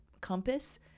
compass